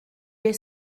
est